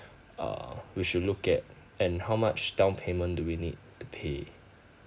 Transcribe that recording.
uh we should look at and how much down payment do we need to pay